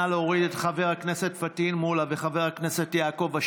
נא להוריד את חבר הכנסת פטין מולא וחבר הכנסת יעקב,